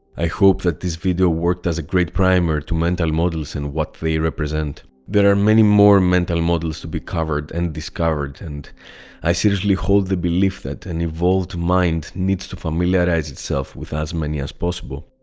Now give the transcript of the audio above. i hope that this video worked as a great primer to mental models and what they represent. there are many more mental models to be covered and discovered and i seriously hold the belief that an evolved mind needs to familiarize itself with as many as possible.